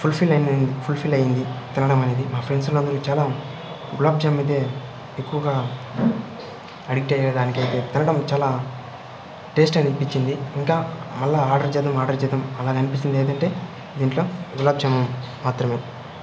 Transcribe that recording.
fulfil అయి fulfil అయ్యింది తినడం అనేది మా ఫ్రెండ్స్ అందరూ చాలా గులాబ్జామ్ అయితే ఎక్కువగా అడిక్ట్ అయ్యారు దానికి అయితే తినడం చాలా టేస్ట్ అనిపించింది ఇంకా మల్ల ఆర్డర్ చేద్దాం ఆర్డర్ చేద్దాం అలా అనిపిస్తుందేంటంటే దీంట్లో గులాబ్జామ్ మాత్రమే